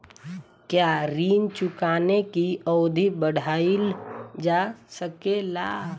क्या ऋण चुकाने की अवधि बढ़ाईल जा सकेला?